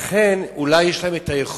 לכן, אולי יש להן יכולת